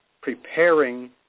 preparing